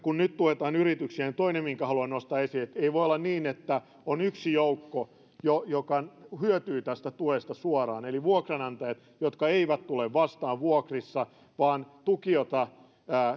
kun nyt tuetaan yrityksiä niin toinen minkä haluan nostaa esille on se että ei voi olla niin että on yksi joukko joka hyötyy tästä tuesta suoraan eli vuokranantajat jotka eivät tule vastaan vuokrissa vaan tuki jota